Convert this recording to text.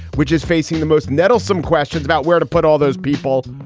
which is facing the most nettlesome questions about where to put all those people.